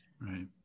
Right